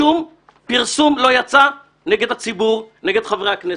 שום פרסום לא יצא נגד הציבור, נגד חברי הכנסת.